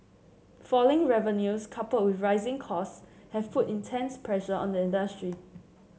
falling revenues coupled with rising costs have put intense pressure on the industry